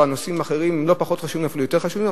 הנושאים האחרים הם לא פחות חשובים והם אפילו יותר חשובים,